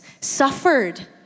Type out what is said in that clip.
suffered